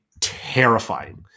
terrifying